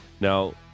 Now